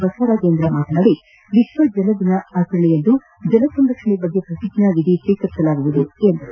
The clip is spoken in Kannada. ಬಸವರಾಜೇಂದ್ರ ವಿಶ್ವ ಜಲ ದಿನ ಆಚರಣೆಯಂದು ಜಲ ಸಂರಕ್ಷಣೆ ಕುರಿತು ಪ್ರತಿಜ್ಞಾ ವಿಧಿ ಸ್ವೀಕರಿಸಲಾಗುವುದು ಎಂದರು